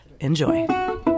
Enjoy